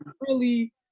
really-